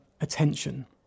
attention